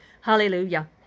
Hallelujah